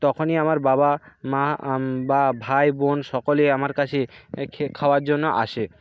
তখনই আমার বাবা মা বা ভাই বোন সকলেই আমার কাছে খাওয়ার জন্য আসে